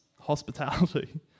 hospitality